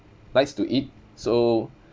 likes to eat so